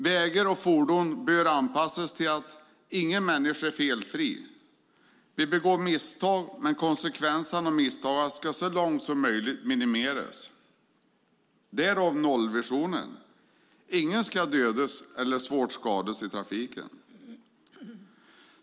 Vägar och fordon bör anpassas till att ingen människa är felfri. Vi begår misstag, men konsekvenserna av misstagen ska så långt som möjligt minimeras. Därav nollvisionen att ingen människa ska dödas eller skadas svårt i trafiken.